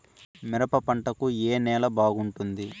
మిరప పంట కు ఏ నేల బాగుంటుంది?